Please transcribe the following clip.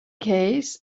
case